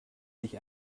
sich